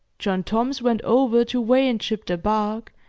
john toms went over to weigh and ship the bark,